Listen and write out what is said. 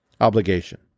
obligation